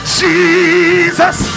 jesus